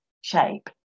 shape